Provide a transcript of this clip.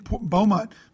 Beaumont